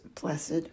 blessed